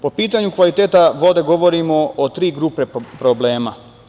Po pitanju kvaliteta vode govorimo o tri grupe problema.